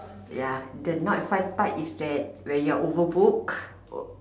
ya the not fun part is that when you're overbooked